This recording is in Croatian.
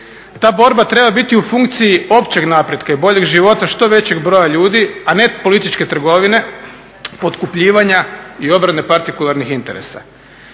Ta borba treba biti u funkciji općeg napretka i boljeg života što većeg broja ljudi, a ne političke trgovine, potkupljivanja i obrane partikularnih interesa.